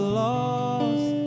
lost